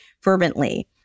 fervently